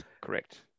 Correct